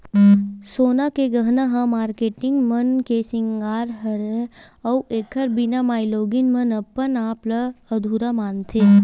सोना के गहना ह मारकेटिंग मन के सिंगार हरय अउ एखर बिना माइलोगिन मन अपन आप ल अधुरा मानथे